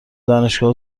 دانشگاه